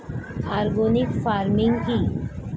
Organic farming কি?